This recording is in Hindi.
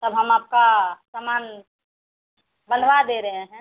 तब हम आपका सामान बँधवा दे रहे हैं